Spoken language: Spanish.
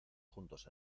juntos